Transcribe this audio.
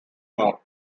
mall